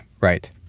right